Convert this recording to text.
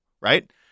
right